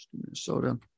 Minnesota